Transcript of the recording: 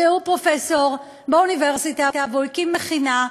שהוא פרופסור באוניברסיטה, שהוא הקים מכללה,